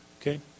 Okay